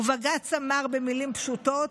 ובג"ץ אמר במילים פשוטות: